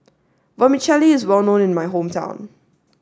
Vermicelli is well known in my hometown